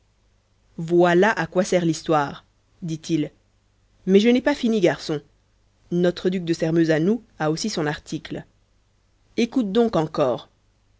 voilà à quoi sert l'histoire dit-il mais je n'ai pas fini garçon notre duc de sairmeuse à nous a aussi son article écoute donc encore